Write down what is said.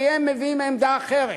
כי הם מביאים עמדה אחרת.